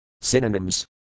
Synonyms